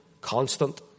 constant